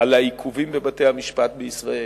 על העיכובים בבתי-המשפט בישראל.